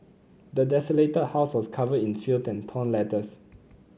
the desolated house was covered in filth and torn letters